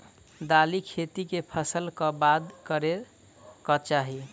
दालि खेती केँ फसल कऽ बाद करै कऽ चाहि?